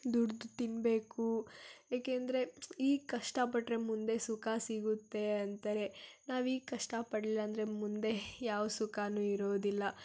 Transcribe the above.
ದುಡಿದು ತಿನ್ನಬೇಕು ಏಕೆಂದರೆ ಈಗ ಕಷ್ಟಪಟ್ಟರೆ ಮುಂದೆ ಸುಖ ಸಿಗುತ್ತೆ ಅಂತಾರೆ ನಾವೀಗ ಕಷ್ಟಪಡ್ಲಿಲ್ಲಾಂದರೆ ಮುಂದೆ ಯಾವ ಸುಖಾನೂ ಇರೋದಿಲ್ಲ